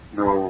no